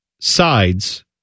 sides